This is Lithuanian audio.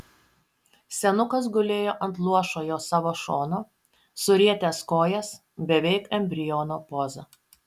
senukas gulėjo ant luošojo savo šono surietęs kojas beveik embriono poza